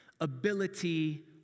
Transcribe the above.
ability